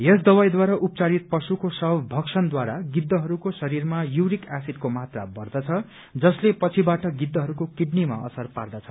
यस दवाईद्वारा उपचारित पशुको शव भक्षणद्वारा गिद्धहरूको शरीरमा यूरिक एसिडको मात्रा बढ़दछ जसले पछिबाट गिद्धहरूको किडनीमा असर पार्दछ